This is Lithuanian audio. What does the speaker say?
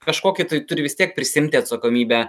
kažkokį tai turi vis tiek prisiimti atsakomybę